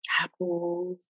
apples